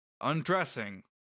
undressing